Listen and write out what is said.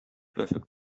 perfect